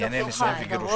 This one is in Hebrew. ענייני נישואין וגירושין?